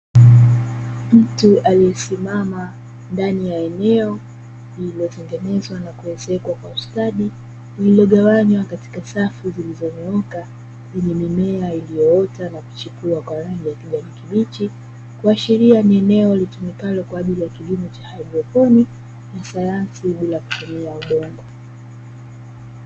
Mtu aliyesimama ndani ya eneo lililotengenezwa na kuezekwa kwa ustadi, lililogawanywa katika safu zilizonyooka, yenye mimea iliyoota na kuchipua kwa rangi ya kijani kibichi kuashiria ni eneo litumikalo kwaajili ya kilimo cha hidroklorikina sayansi bila kutumia udongo.